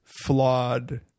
flawed